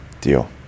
deal